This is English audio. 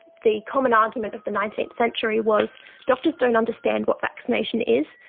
the common argument of the nineteenth century was doctors don't understand what vaccination is,